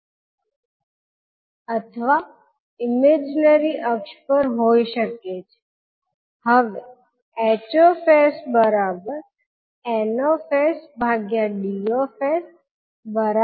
તેથી જ્યારે તમે 𝐻𝑠 નું ઇન્વર્સ લો ત્યારે તે સ્ટેબીલીટી ની કંડિશન ને પૂર્ણ કરશે નહીં તેથી જ્યારે તમારી પાસે s અંશમાં સ્વતંત્ર જથ્થા તરીકે હોય ત્યારે આ H𝑠 ને ફાઇનાઇટ થવાની મંજૂરી આપશે નહીં